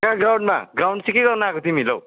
कहाँ ग्राउन्डमा ग्राउन्ड चाहिँ के गर्न आएको तिमी जाऊ